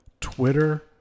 Twitter